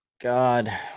God